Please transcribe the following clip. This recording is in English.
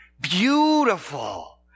beautiful